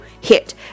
hit